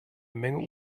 menge